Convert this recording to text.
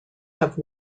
have